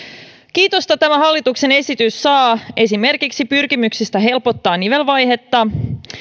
kiitosta tämä hallituksen esitys saa esimerkiksi pyrkimyksistä helpottaa nivelvaihetta